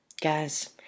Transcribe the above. guys